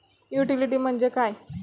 Utility म्हणजे काय?